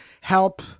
help